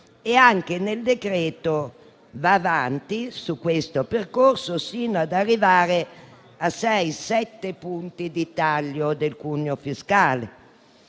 e anche nel decreto va avanti su questo percorso, sino ad arrivare a sei-sette punti di taglio del cuneo fiscale.